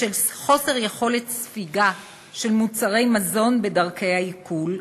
בשל חוסר יכולת ספיגה של מוצרי מזון בדרכי העיכול.